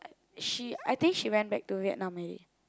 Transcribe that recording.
she I think she went back to Vietnam already